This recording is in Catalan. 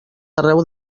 arreu